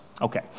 Okay